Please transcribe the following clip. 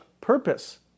purpose